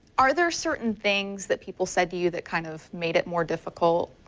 are there certain things that people said to you that kind of made it more difficult?